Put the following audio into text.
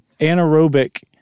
anaerobic